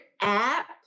app